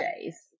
days